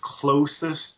closest